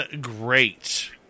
great